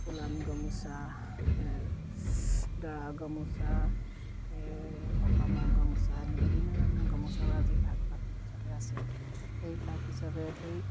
ফুলাম গমোচা দৰা গামোচা এই সকামৰ গামোচা এনে বিভিন্ন ধৰণৰ গামোচাও আজি ভাগ ভাগ হিচাপে আছে সেই ভাগ হিচাপে